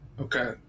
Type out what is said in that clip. Okay